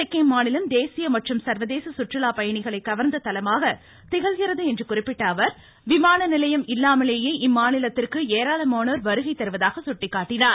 சிக்கிம் மாநிலம் தேசிய மற்றும் சர்வதேச சுற்றுலா பயணிகளை கவர்ந்த தலமாக திகழ்கிறது என்று குறிப்பிட்ட அவர் விமான நிலையம் இல்லாமலேயே இம்மாநிலத்திற்கு ஏராளமானோர் வருகை தருவதாக சுட்டிக்காட்டினார்